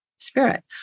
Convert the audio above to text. spirit